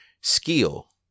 skill